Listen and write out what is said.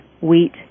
wheat